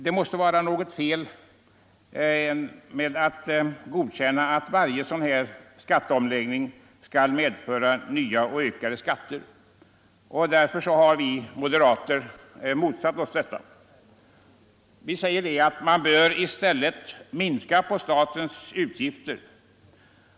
Det måste vara något fel med att godkänna att varje sådan här skatteomläggning skall medföra nya och ökade skatter. Därför har vi moderater motsatt oss detta. Vi säger att man i stället bör minska på statens utgifter.